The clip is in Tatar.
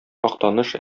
актаныш